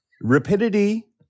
Rapidity